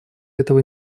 этого